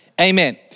Amen